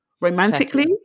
romantically